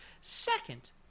Second